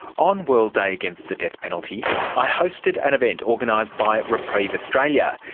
on world day against the death penalty i hosted an event organised by reprieve australia.